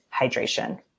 hydration